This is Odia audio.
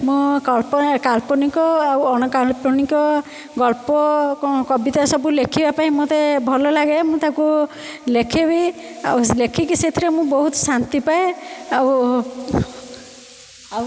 ମୁଁ କଳ୍ପନା କାଳ୍ପନିକ ଆଉ ଅଣ କାଳ୍ପନିକ ଗପ କ'ଣ କବିତା ସବୁ ଲେଖିବା ପାଇଁ ମତେ ଭଲ ଲାଗେ ମୁଁ ତାକୁ ଲେଖେ ବି ଆଉ ଲେଖିକି ସେଥିରେ ମୁଁ ବହୁତ ଶାନ୍ତି ପାଏ ଆଉ ଆଉ